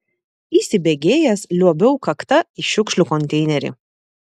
įsibėgėjęs liuobiau kakta į šiukšlių konteinerį